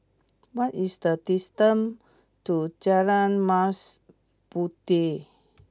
what is the distance to Jalan Mas Puteh